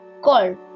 called